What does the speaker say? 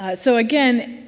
ah so again,